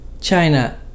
China